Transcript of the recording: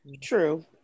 True